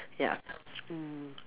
ya mm